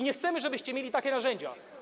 Nie chcemy, żebyście mieli takie narzędzia.